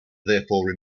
therefore